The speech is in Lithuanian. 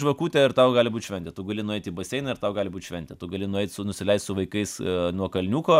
žvakutė ir tau gali būt šventė tu gali nueit į baseiną ir tau gali būt šventė tu gali nueit su nusileist su vaikais nuo kalniuko